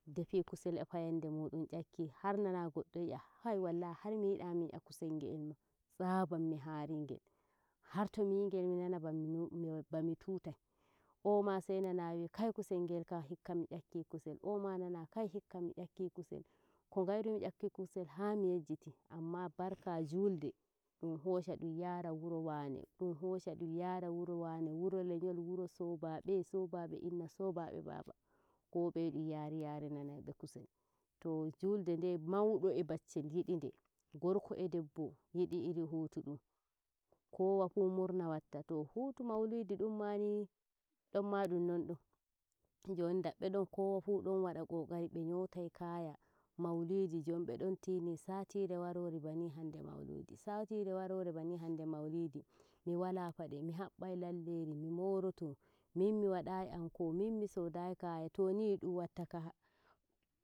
defi kussel e fayende mudum nyakki, har nana goddo e yi'a hai wallahi har miyida mi yi'ah kusel ngel ma stabar mi huri ngel har minana to mi yingel minana bami tutai. oo ma sai nana wi kusel ngel kam hikka mi yakki kusel boma nana hikka mi yakki kussel ko ngairumi nyakkuki kusel haa mi yejjiti anma barka julde. dum hoosha dum yaara wuro waane dum hoosha dum yaara wuro waane wuro lenyol, wuro soobabe soobabe inna saboda baaba ko beye dun yari yari naibe kusel to julde nde maudo e baccel yidi nde, Gorko e debbo yidi iri hutu dum kowafu don wada kokari me nyotai kaya maudum jon be don biini satin waror bani hande maulidi satire warore bani hane maulidi mi wala pade mi habbai lalleri, mi moroto min miandauri anko min misodai kaaya too ni dum wattoka.